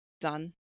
done